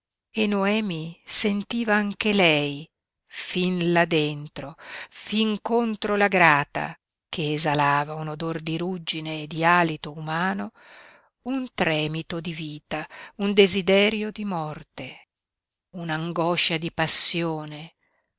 e noemi sentiva anche lei fin là dentro fin contro la grata che esalava un odor di ruggine e di alito umano un tremito di vita un desiderio di morte un'angoscia di passione